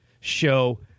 show